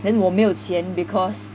then 我没有钱 because